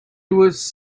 was